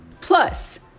Plus